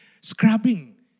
Scrubbing